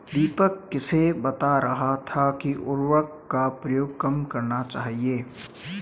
दीपक किसे बता रहा था कि उर्वरक का प्रयोग कम करना चाहिए?